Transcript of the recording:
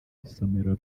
isomero